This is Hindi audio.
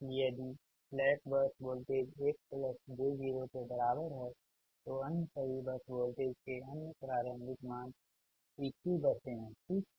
इसलिए यदि स्लैक बस वोल्टेज 1j0 के बराबर है तो अन्य सभी बस वोल्टेज के अन्य प्रारंभिक मान PQ बसें हैं ठीक